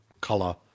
color